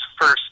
first